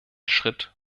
schritt